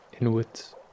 inwards